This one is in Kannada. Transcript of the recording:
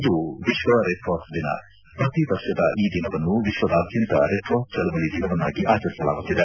ಇಂದು ವಿಶ್ವ ರೆಡ್ ಕ್ರಾಸ್ ದಿನ ಪ್ರತಿ ವರ್ಷದ ಈ ದಿನವನ್ನು ವಿಶ್ವದಾದ್ಯಂತ ರೆಡ್ ಕ್ರಾಸ್ ಚಳುವಳಿ ದಿನವನ್ನಾಗಿ ಆಚರಿಸಲಾಗುತ್ತಿದೆ